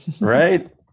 Right